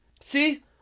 See